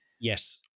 Yes